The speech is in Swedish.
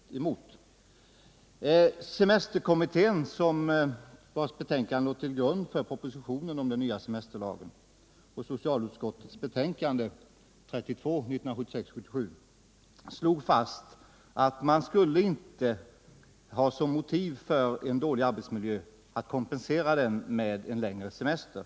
Semesterkommittén, vars betänkande låg till grund för propositionen om den nya semesterlagen och socialutskottets betänkande 1976/77:32, slog fast att man inte skulle kompensera en dålig arbetsmiljö med en längre semester.